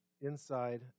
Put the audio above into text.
inside